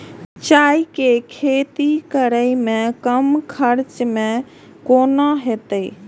मिरचाय के खेती करे में कम खर्चा में केना होते?